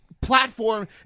platform